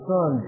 Son